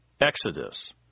Exodus